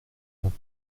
vingt